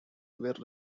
were